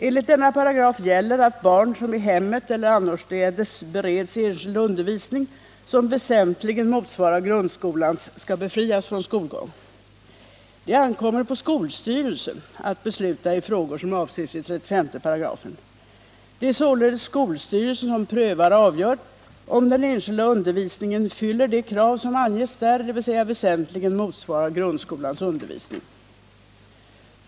Enligt denna paragraf gäller att barn som i hemmet eller annorstädes bereds enskild undervisning, som väsentligen motsvarar grundskolans, skall befrias från skolgång. Det ankommer på skolstyrelsen att besluta i frågor som avses i 35 §. Det är således skolstyrelsen som prövar och avgör om den enskilda undervisningen fyller det krav som anges där, dvs. väsentligen motsvarar grundskolans undervisning.